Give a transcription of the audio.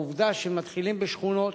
העובדה שמתחילים בשכונות,